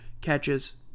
Catches